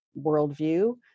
worldview